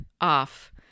off